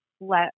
let